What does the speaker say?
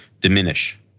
diminish